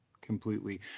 completely